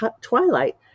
Twilight